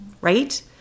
right